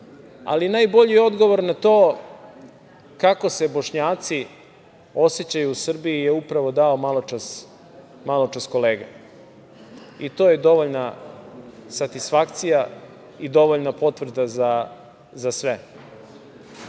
Najbolji odgovor na to kako se Bošnjaci osećaju u Srbiji je upravo dao maločas kolega. To je dovoljna satisfakcija i dovoljna potvrda za